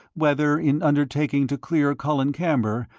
whether, in undertaking to clear colin camber,